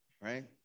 right